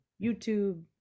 YouTube